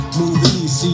movies